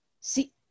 See